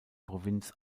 provinz